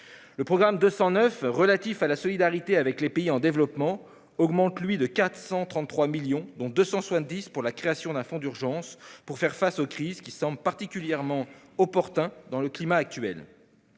Le programme 209 relatif à la solidarité avec les pays en développement augmente de 433 millions d'euros, dont 270 millions d'euros consacrés à la création d'un fonds d'urgence pour faire face aux crises : cela semble particulièrement opportun dans le climat actuel.